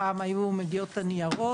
פעם היו מגיעים הניירות.